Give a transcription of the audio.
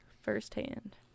firsthand